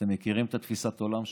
אתם מכירים את תפיסת העולם שלי.